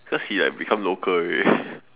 cause he like become local already